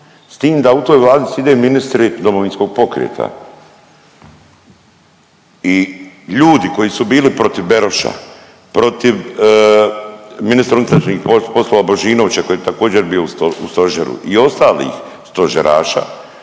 s tim da u toj Vladi sjede ministri DP-a i ljudi koji su bili protiv Beroša, protiv ministra unutrašnjih poslova Božinovića koji je također bio u stožeru i ostalih stožeraša,